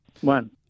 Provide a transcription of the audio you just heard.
one